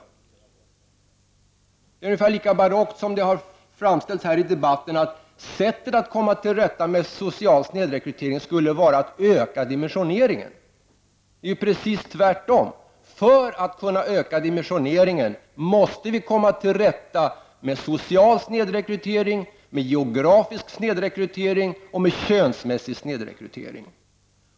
Det är ungefär lika barockt som att sättet att komma till rätta med social snedrekrytering skulle vara att öka dimensioneringen, som det har framställts här i debatten. Det är precis tvärtom. För att kunna öka dimensioneringen måste vi komma till rätta med social snedrekrytering, med geografisk snedrekrytering och med könsmässig snedrekrytering.